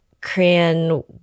Korean